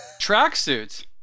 Tracksuit